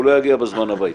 הוא לא יגיע בזמן הביתה.